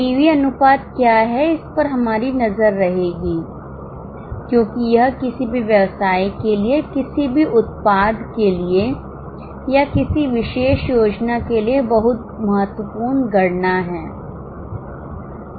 PV अनुपात क्या है इस पर हमारी नज़र रहेगी क्योंकि यह किसी भी व्यवसाय के लिए किसी भी उत्पाद के लिए या किसी विशेष योजना के लिए बहुत महत्वपूर्ण गणना है